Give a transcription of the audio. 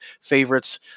favorites